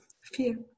fear